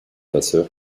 vasseur